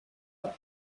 for